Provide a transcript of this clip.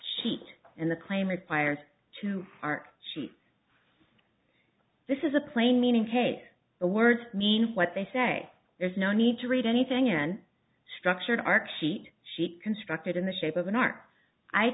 sheet and the claim requires two arc sheet this is a plain meaning case the words mean what they say there's no need to read anything in structured our sheet she constructed in the shape of an r i